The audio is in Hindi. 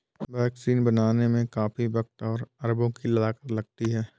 वैक्सीन बनाने में काफी वक़्त और अरबों की लागत लगती है